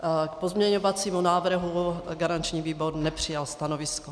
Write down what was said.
K pozměňovacímu návrhu garanční výbor nepřijal stanovisko.